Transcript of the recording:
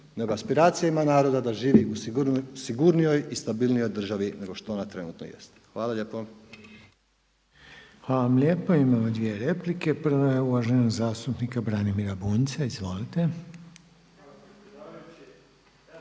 nego aspiracijama naroda da živi u sigurnijoj i stabilnoj državi nego što na trenutno jest. Hvala lijepo. **Reiner, Željko (HDZ)** Hvala vam lijepo. Imamo dvije replike. Prva je uvaženog zastupnika Branimira Bunjca. Izvolite.